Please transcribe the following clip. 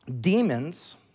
Demons